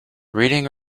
reading